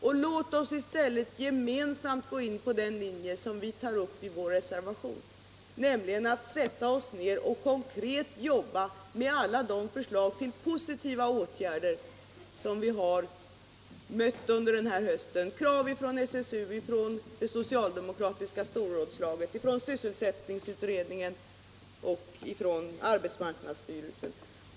Låt — Nr 33 oss i stället gemensamt gå in på den linje som vi tar upp i vår reservation, Onsdagen den nämligen att sätta oss ner och konkret jobba med alla de förslag till 23 november 1977 positiva åtgärder som vi har mött under denna höst — krav från SSU, från det socialdemokratiska storrådslaget, från sysselsättningsutredningen = Anställningsskydd, och från arbetsmarknadsstyrelsen.